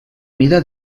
mida